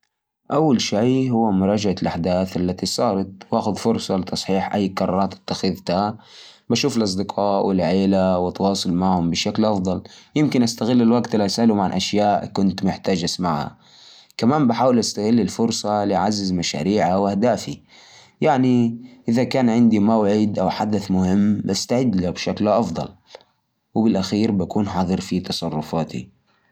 يا ساتر، رجعت أسبوع! والله في أشياء كثيرة بسويها. أول شيء بروح أعطي نفسي تنبيه عشان ما أنسي أشياء اللي نسيتها، وأحاول أضبط أموري اللي تأخرت فيها، وبرضو أكيد أستفيد من أي فرص فاتتني، وأعيد تصحيح أخطائي.